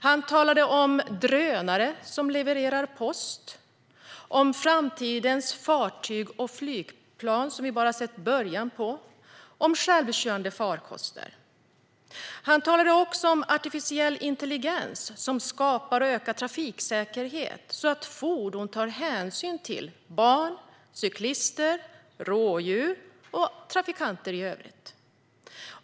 Han talade om drönare som levererar post, om framtidens fartyg och flygplan som vi bara sett början på och om självkörande farkoster. Han talade också om artificiell intelligens som skapar och ökar trafiksäkerhet så att fordon tar hänsyn till barn, cyklister, rådjur och trafikanter i övrigt.